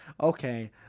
okay